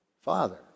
Father